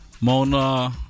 Mona